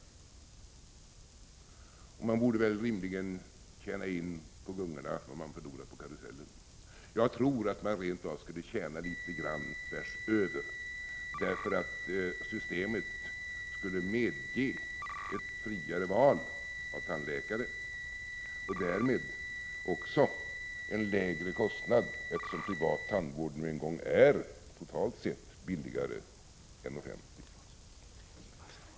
Man borde väl rimligen tjäna in på gungorna vad man förlorar på karusellen. Jag tror att man rent av skulle tjäna litet grand tvärsöver, därför att systemet skulle medge ett friare val av tandläkare och därmed också en lägre kostnad, eftersom privat tandvård är, totalt sett, billigare än offentlig.